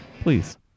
Please